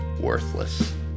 worthless